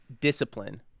discipline